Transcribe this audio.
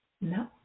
No